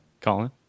Colin